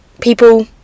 people